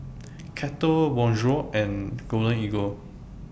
Kettle Bonjour and Golden Eagle